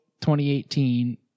2018